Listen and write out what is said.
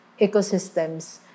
ecosystems